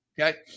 okay